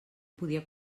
podia